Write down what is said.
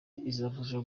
izafasha